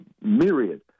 myriad